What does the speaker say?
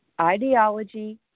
ideology